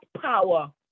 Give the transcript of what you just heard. power